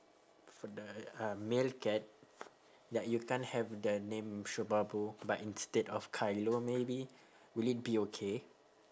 for the uh male cat ya you can't have the name shobabu but instead of kylo maybe will it be okay